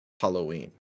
Halloween